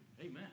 Amen